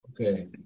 Okay